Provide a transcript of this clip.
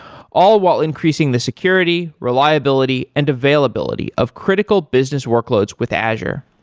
all while increasing the security, reliability and availability of critical business workloads with azure.